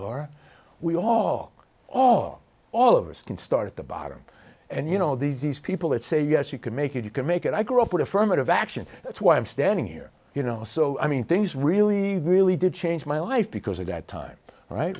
or we all all all of us can start at the bottom and you know all these people that say yes you can make it you can make it i grew up with affirmative action that's why i'm standing here you know so i mean things really really did change my life because at that time right